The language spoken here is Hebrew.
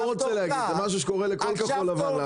זה משהו שקורה לכל חברי כחול לבן.